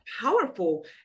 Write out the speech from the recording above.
powerful